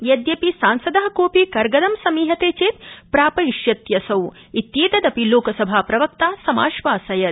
यद्यपि सांसद कोऽपि कर्गद समीहते चेत् प्रापयिष्यति असौ क्रितदपि लोकसभा प्रवक्ता समाश्वासयत्